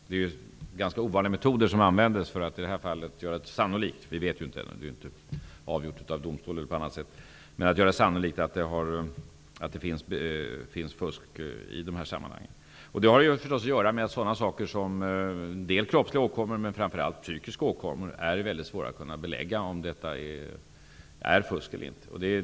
Ganska ovanliga metoder har använts i dessa fall. Vi vet dock ännu inte säkert, eftersom inga mål har avgjorts av domstol. Men det är sannolikt att fusk har förekommit. När det gäller kroppsliga åkommer men framför allt när det gäller psykiska åkommor är det väldigt svårt att belägga om fusk förekommer.